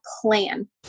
plan